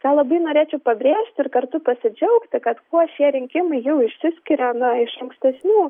na labai norėčiau pabrėžti ir kartu pasidžiaugti kad kuo šie rinkimai jau išsiskiria na iš ankstesnių